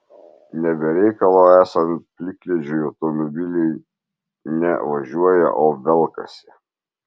ne be reikalo esant plikledžiui automobiliai ne važiuoja o velkasi